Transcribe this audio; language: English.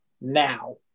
now